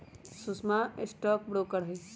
सुषमवा stock broker हई